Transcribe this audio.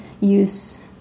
use